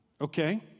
Okay